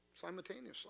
simultaneously